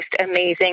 amazing